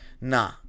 Nah